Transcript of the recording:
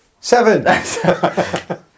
seven